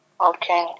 Okay